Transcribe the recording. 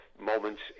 moments